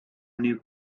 new